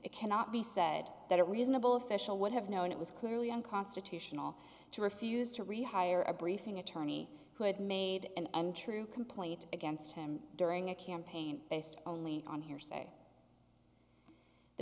it cannot be said that a reasonable official would have known it was clearly unconstitutional to refuse to rehire a briefing attorney who had made an untrue complaint against him during a campaign based only on hearsay the